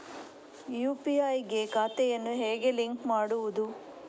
UPI ಗೆ ಖಾತೆಯನ್ನು ಹೇಗೆ ಲಿಂಕ್ ಮಾಡುವುದು?